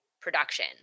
production